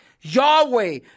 Yahweh